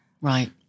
right